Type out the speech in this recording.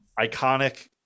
iconic